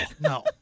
No